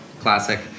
classic